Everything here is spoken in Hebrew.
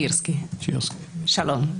שלום.